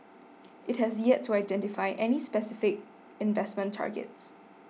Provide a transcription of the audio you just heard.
it has yet to identify any specific investment targets